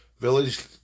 village